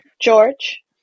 George